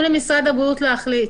תנו למשרד הבריאות להחליט.